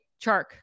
Chark